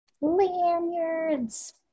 Lanyards